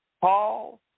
Paul